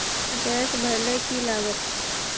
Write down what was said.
Gas भरले की लागत?